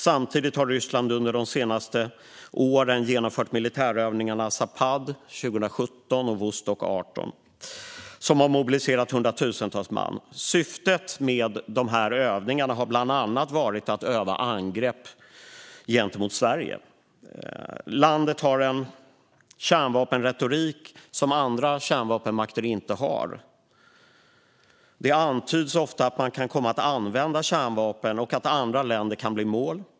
Under de senaste åren har Ryssland genomfört militärövningarna Zapad-2017 och Vostok-2018, som har mobiliserat hundratusentals man. Syftet med övningarna har bland annat varit att öva angrepp mot Sverige. Landet har en kärnvapenretorik som andra kärnvapenmakter inte har. Det antyds ofta att man kan komma att använda kärnvapen och att andra länder kan bli mål.